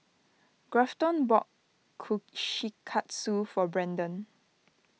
Grafton bought Kushikatsu for Brendan